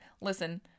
listen